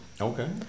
Okay